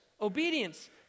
obedience